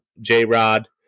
j-rod